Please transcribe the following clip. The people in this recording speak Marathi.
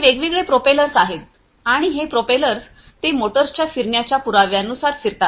हे वेगवेगळे प्रोपेलर्स आहेत आणि हे प्रोपेलर्स ते मोटर्सच्या फिरण्याच्या पुराव्यांनुसार फिरतात